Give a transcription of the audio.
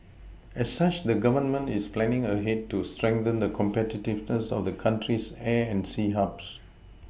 as such the Government is planning ahead to strengthen the competitiveness of the country's air and sea Hubs